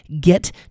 get